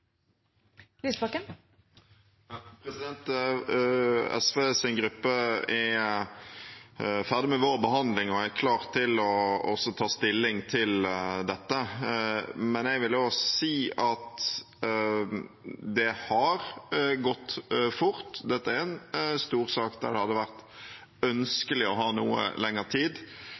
i SVs gruppe er ferdig med vår behandling og er klar til å ta stilling til dette. Men jeg vil også si at det har gått fort – dette er en stor sak, der det hadde vært ønskelig å ha noe lengre tid.